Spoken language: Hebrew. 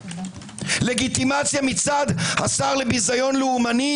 לגיטימציה מצד השר לביזיון לאומני